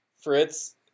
fritz